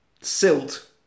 Silt